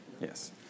Yes